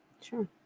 Sure